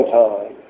time